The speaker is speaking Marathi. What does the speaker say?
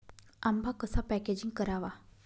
आंबा कसा पॅकेजिंग करावा?